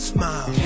Smile